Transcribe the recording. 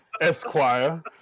Esquire